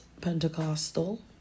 Pentecostal